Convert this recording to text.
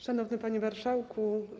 Szanowny Panie Marszałku!